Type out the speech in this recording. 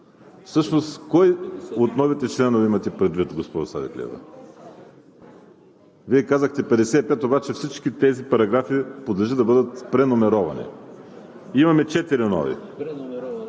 Всъщност кой от новите членове имате предвид, госпожо Савеклиева? Вие казахте: „55“, обаче всички тези параграфи подлежи да бъдат преномеровани. Имаме четири